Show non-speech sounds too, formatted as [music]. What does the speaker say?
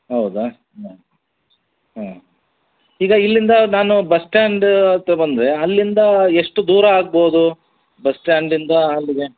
ಹೌದಾ [unintelligible] ಹಾಂ ಈಗ ಇಲ್ಲಿಂದ ನಾನು ಬಸ್ ಸ್ಟ್ಯಾಂಡ್ ಹತ್ರ ಬಂದರೆ ಅಲ್ಲಿಂದ ಎಷ್ಟು ದೂರ ಆಗ್ಬೌದು ಬಸ್ ಸ್ಟ್ಯಾಂಡಿಂದ ಅಲ್ಲಿಗೆ